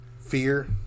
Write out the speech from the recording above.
fear